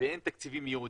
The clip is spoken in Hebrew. ואין תקציבים ייעודיים.